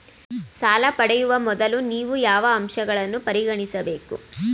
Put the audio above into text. ಸಾಲ ಪಡೆಯುವ ಮೊದಲು ನೀವು ಯಾವ ಅಂಶಗಳನ್ನು ಪರಿಗಣಿಸಬೇಕು?